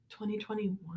2021